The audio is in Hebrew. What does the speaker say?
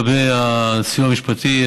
לגבי הסיוע המשפטי,